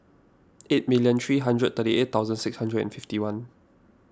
eight million three hundred thirty eight thousand six hundred and fifty one